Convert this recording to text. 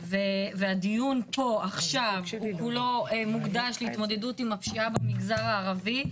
והדיון פה עכשיו הוא לא מוקדש להתמודדות עם הפשיעה במגזר הערבי.